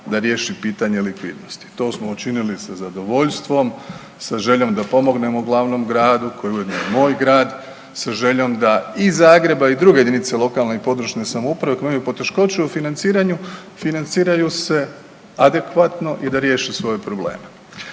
da riješi pitanje likvidnosti. To smo učinili sa zadovoljstvom, sa željom da pomognemo glavnom gradu koji je ujedno i moj grad, sa željom da i Zagreb i druge jedinice lokalne i područne samouprave koje imaju poteškoće u financiranju financiraju se adekvatno i da riješe svoje probleme.